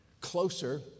closer